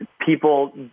people